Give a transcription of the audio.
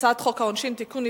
הצעת חוק העונשין (תיקון,